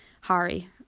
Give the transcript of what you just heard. Harry